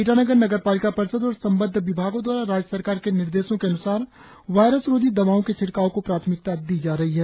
ईटानगर नगरपालिका परिषद और संबद्ध विभागों द्वारा राज्य सरकार के निर्देशों के अन्सार वायरस रोधी दवाओं के छिड़काव को प्राथमिकता दी जा रही है